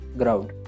ground